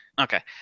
okay